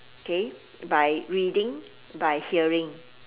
okay by reading by hearing